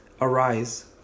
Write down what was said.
Arise